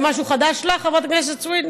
זה משהו חדש לך, חברת הכנסת סויד?